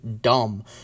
dumb